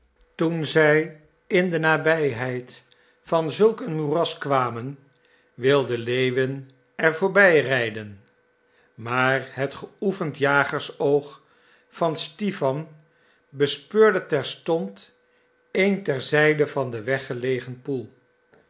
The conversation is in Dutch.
toen zij in de nabijheid van zulk een moeras kwamen wilde lewin er voorbij rijden maar het geoefend jagersoog van stipan bespeurde terstond een ter zijde van den weg gelegen poel